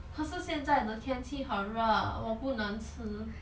可是现在的天气很热我不能吃